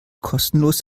kostenlos